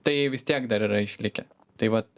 tai vis tiek dar yra išlikę tai vat